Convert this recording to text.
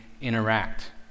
interact